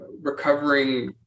Recovering